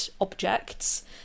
objects